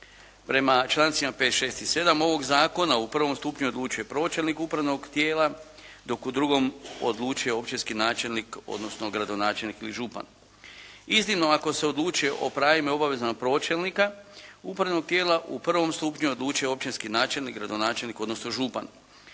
prema člancima 5., 6. i 7. ovog zakona u prvom stupnju odlučuje pročelnik upravnog tijela dok u drugom odlučuje općinski načelnik odnosno gradonačelnik ili župan. Iznimno ako se odlučuje o pravima i obavezama pročelnika upravnog tijela u prvom stupnju odlučuje općinski načelnik, gradonačelnik odnosno župan.